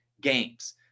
games